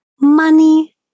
money